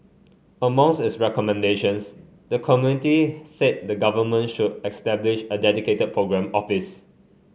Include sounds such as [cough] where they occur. [unintelligible] its recommendations the committee said the Government should establish a dedicated programme office